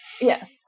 Yes